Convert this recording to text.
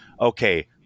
okay